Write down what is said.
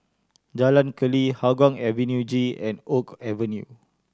Jalan Keli Hougang Avenue G and Oak Avenue